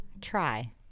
try